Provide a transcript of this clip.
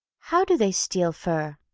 how do they steal fur?